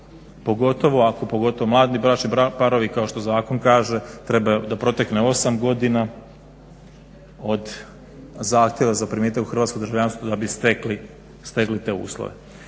pogotovo mladi bračni parovi kao što zakon kaže treba da protekne 8 godina od zahtjeva za primitak u hrvatsko državljanstvo da bi stekli te uvjete.